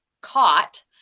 caught